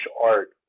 art